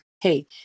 hey